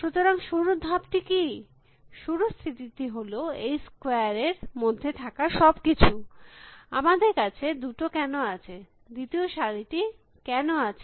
সুতরাং শুরুর ধাপটি কী শুরুর স্থিতিটি হল এই স্কয়ারে এর মধ্যে থাকা সব কিছু আমাদের কাছে দুটো কেন আছে দ্বিতীয় সারিটি কেন আছে